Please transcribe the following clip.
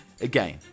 again